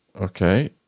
Okay